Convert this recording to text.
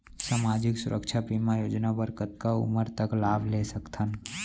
सामाजिक सुरक्षा बीमा योजना बर कतका उमर तक लाभ ले सकथन?